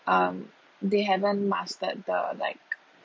um they haven't mastered the like